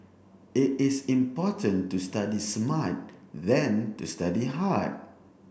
it is important to study smart than to study hard